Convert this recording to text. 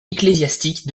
ecclésiastique